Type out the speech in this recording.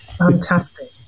Fantastic